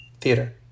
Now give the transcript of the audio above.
theater